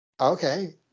Okay